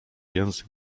język